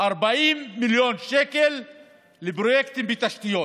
40 מיליון שקל לפרויקטים בתשתיות,